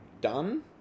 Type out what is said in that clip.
done